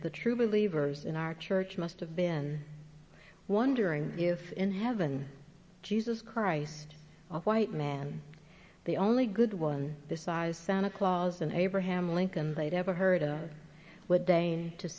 the true believers in our church must have been wondering if in heaven jesus christ of white man the only good one the size santa claus and abraham lincoln they'd ever heard of